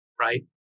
right